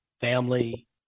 family